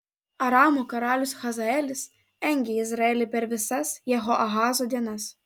aramo karalius hazaelis engė izraelį per visas jehoahazo dienas